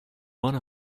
one